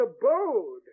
abode